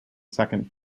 second